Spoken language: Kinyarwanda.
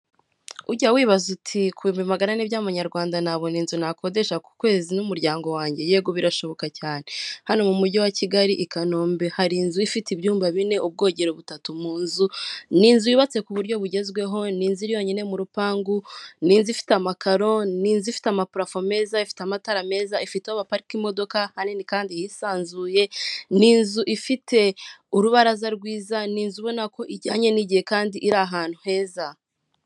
Inyubako ikora ibijyanye no kwakira abantu, bakabona ibyo kurya ndetse ikabaha amacumbi, yegeranye na komvesheni senta iri mu Rwanda.